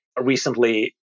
recently